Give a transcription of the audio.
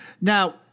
Now